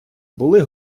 були